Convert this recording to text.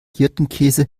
hirtenkäse